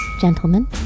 gentlemen